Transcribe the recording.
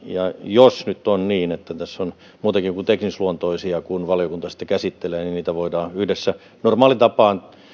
jos nyt on niin että tässä on muitakin kuin teknisluontoisia asioita niin kun valiokunta sitten tätä käsittelee niitä voidaan yhdessä normaaliin tapaan